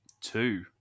Two